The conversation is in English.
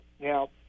now